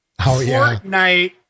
Fortnite